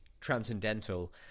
transcendental